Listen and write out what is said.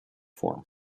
form